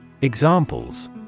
Examples